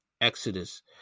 Exodus